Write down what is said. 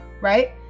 right